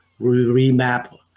remap